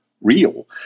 real